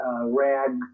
rag